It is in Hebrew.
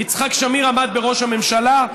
יצחק שמיר עמד בראש הממשלה,